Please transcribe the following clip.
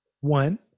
One